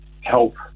help